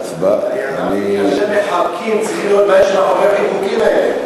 אני אמרתי שכאשר מחבקים צריך לראות מה יש מאחורי החיבוקים האלה.